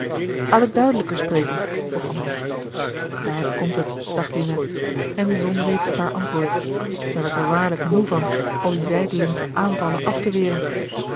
laat ik duidelijker spreken begon hij daar komt het dacht lina en zon reeds op haar antwoord zij werd er waarlijk moê van al die zijdelingsche aanvallen af te weren